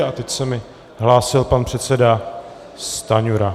A teď se mi hlásil pan předseda Stanjura.